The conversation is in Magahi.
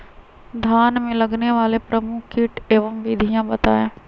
धान में लगने वाले प्रमुख कीट एवं विधियां बताएं?